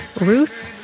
Ruth